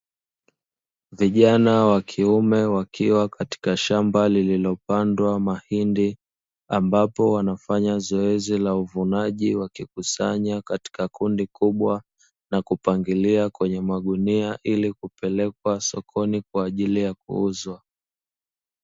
vijana wakiume wakiwa katika shamba lililopandwa mahindi, ambapo wanafanya zoezi la uvunaji, wakikusanya katika kundi kubwa na kupangilia kwenye magunia ili kupelekwa sokoni kwa ajili ya kuuzwa.